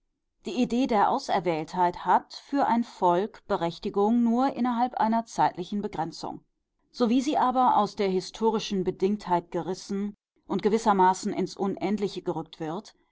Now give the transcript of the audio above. die idee der auserwähltheit hat für ein volk berechtigung nur innerhalb einer zeitlichen begrenzung sowie sie aber aus der historischen bedingtheit gerissen und gewissermaßen ins unendliche gerückt wird